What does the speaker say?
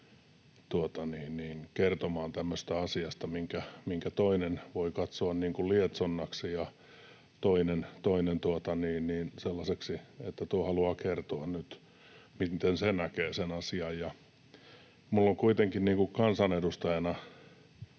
kertomaan tämmöisestä asiasta, minkä toinen voi katsoa lietsonnaksi ja toinen sellaiseksi, että tuo haluaa kertoa nyt, miten se näkee sen asian. Minulla on kuitenkin kansanedustajana